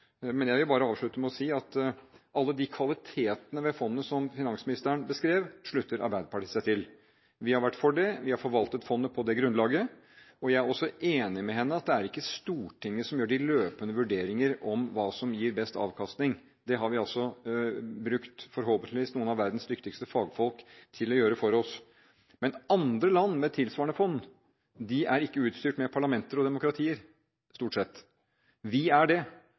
Jeg vil bare avslutte med å si at alle de kvalitetene ved fondet som finansministeren beskrev, slutter Arbeiderpartiet seg til. Vi har vært for det, vi har forvaltet fondet på det grunnlaget. Jeg er også enig med henne i at det er ikke Stortinget som gjør de løpende vurderinger av hva som gir best avkastning. Det har vi brukt forhåpentligvis noen av verdens dyktigste fagfolk til å gjøre for oss. Men andre land med tilsvarende fond er ikke utstyrt med parlamenter og demokratier, stort sett. Vi er det, og derfor er det jo slik at oljefondet forvaltes i tråd med det